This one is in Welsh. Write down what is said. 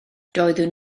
doeddwn